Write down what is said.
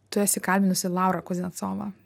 tu esi kalbinusi laurą kuznecovą